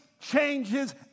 changes